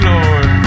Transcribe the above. Lord